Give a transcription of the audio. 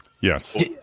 Yes